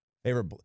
Favorite